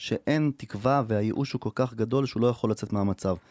שאין תקווה, והייאוש הוא כל כך גדול שהוא לא יכול לצאת מהמצב